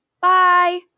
Bye